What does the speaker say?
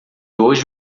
hoje